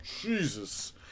Jesus